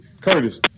Curtis